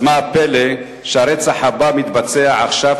אז מה הפלא שהרצח הבא מתבצע עכשיו,